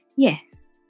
Yes